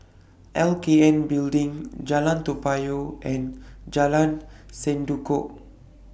L K N Building Jalan Toa Payoh and Jalan Sendudok